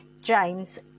James